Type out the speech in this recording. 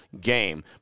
game